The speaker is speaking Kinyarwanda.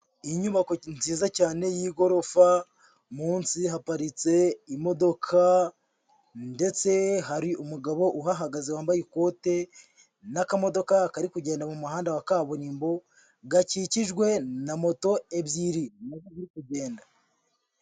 Inyubako nziza cyane y'igorofa munsi haparitse imodoka ndetse hari umugabo uhahagaze wambaye ikote n'akamodoka kari kugenda mu muhanda wa kaburimbo, gakikijwe na moto ebyiri ziri kugenda.